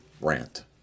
rant